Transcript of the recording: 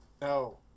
No